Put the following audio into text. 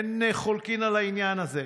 אין חולקים על העניין הזה.